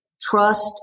trust